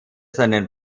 seinen